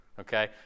Okay